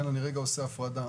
אני עושה הפרדה,